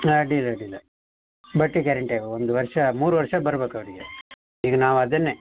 ಹಾಂ ಅಡ್ಡಿಲ್ಲ ಅಡ್ಡಿಲ್ಲ ಬಟ್ಟೆ ಗ್ಯಾರೆಂಟಿ ಆಗಿ ಒಂದು ವರ್ಷ ಮೂರು ವರ್ಷ ಬರ್ಬೇಕು ಅವರಿಗೆ ಈಗ ನಾವು ಅದನ್ನೆ